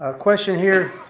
ah question here,